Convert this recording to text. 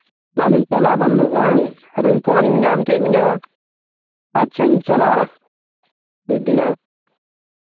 ᱵᱟᱝ ᱫᱩᱧ ᱪᱟᱞᱟᱜ ᱵᱟᱝ ᱫᱚ ᱵᱟᱝ ᱟᱨᱚ ᱯᱷᱳᱱ ᱤᱧ ᱧᱟᱢ ᱠᱮᱫ ᱢᱮᱭᱟ ᱟᱪᱪᱷᱟᱧ ᱪᱟᱞᱟᱜᱼᱟ ᱢᱤᱫ ᱫᱤᱱ ᱦᱟᱸᱜ